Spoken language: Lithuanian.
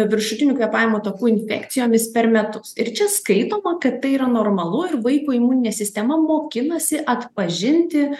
viršutinių kvėpavimo takų infekcijomis per metus ir čia skaitoma kad tai yra normalu ir vaiko imuninė sistema mokinasi atpažinti